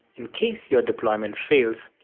in case your deployment fails,